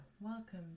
welcome